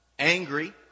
Angry